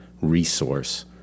resource